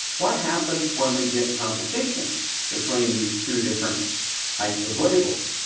what happens when we get competition between these two different types of labels?